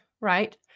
right